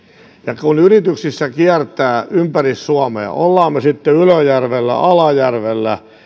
ja kun yrityksissä kiertää ympäri suomea ollaan sitten ylöjärvellä alajärvellä